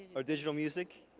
or digital music.